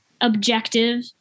objective